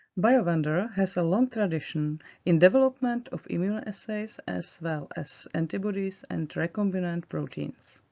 biovendor has a long tradition in development of immunoassays as well as antibodies and recombinant proteins.